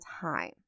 time